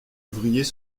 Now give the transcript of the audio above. ouvriers